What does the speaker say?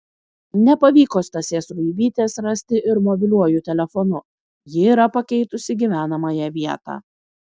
nepavyko stasės ruibytės rasti ir mobiliuoju telefonu ji yra pakeitusi gyvenamąją vietą